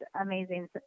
amazing